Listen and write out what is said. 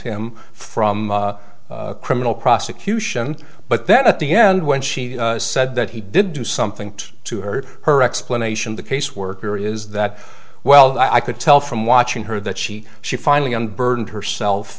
him from criminal prosecution but that at the end when she said that he did do something to hurt her explanation the caseworker is that well i could tell from watching her that she she finally unburdened herself